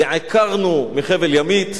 נעקרנו מחבל ימית,